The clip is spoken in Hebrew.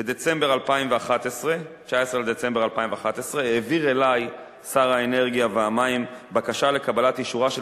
ב-19 בדצמבר 2011 העביר אלי שר האנרגיה והמים בקשה לקבלת אישורה של